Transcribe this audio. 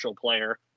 player